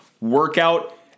workout